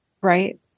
right